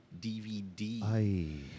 DVD